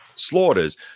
slaughters